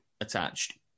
attached